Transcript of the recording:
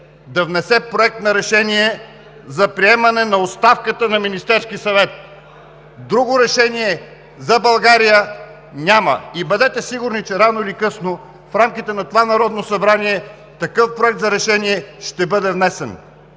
да внесе Проект на решение за приемане на оставката на Министерския съвет. Друго решение за България няма! Бъдете сигурни, че рано или късно в рамките на това Народно събрание такъв проект за решение ще бъде внесен